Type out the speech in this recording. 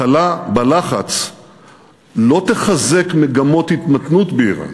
הקלה בלחץ לא תחזק מגמות התמתנות באיראן.